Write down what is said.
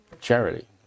charity